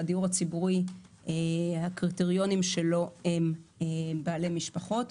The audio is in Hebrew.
והדיור הציבורי הקריטריונים שלו הם בעלי משפחות,